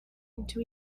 into